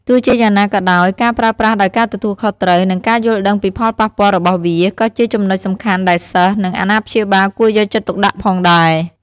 ទោះជាយ៉ាងណាក៏ដោយ ការប្រើប្រាស់ដោយការទទួលខុសត្រូវ និងការយល់ដឹងពីផលប៉ះពាល់របស់វា ក៏ជាចំណុចសំខាន់ដែលសិស្ស និងអាណាព្យាបាលគួរយកចិត្តទុកដាក់ផងដែរ។